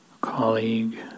colleague